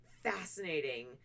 fascinating